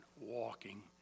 walking